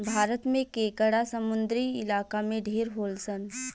भारत में केकड़ा समुंद्री इलाका में ढेर होलसन